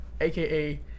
aka